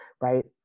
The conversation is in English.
right